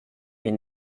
est